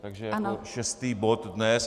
Takže jako šestý bod dnes.